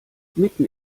mitten